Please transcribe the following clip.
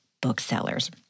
booksellers